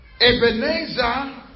Ebenezer